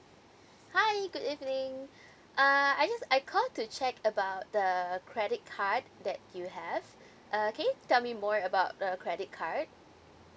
hi good evening uh I just I call to check about the credit card that you have uh can you tell me more about the credit card